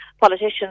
politicians